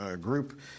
group